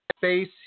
face